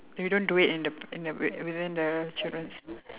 we don't do it in the in the within the children's